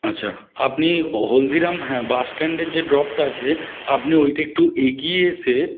আচ্ছা আপনি হহলদিরাম হ্যাঁ বাসস্ট্যান্ডের যে ড্রপটা আছে আপনি ওইটা একটু এগিয়ে এসে